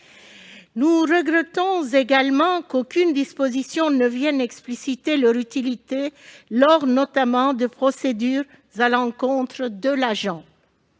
Nous regrettons également qu'aucune disposition ne vienne expliciter leur utilité, notamment lors de procédures à l'encontre de l'agent.